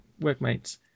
workmates